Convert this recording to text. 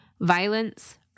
Violence